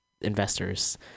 investors